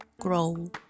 Grow